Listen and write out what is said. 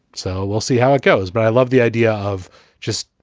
so we'll see how it goes. but i love the idea of just.